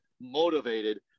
motivated